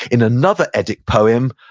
in another eddic poem,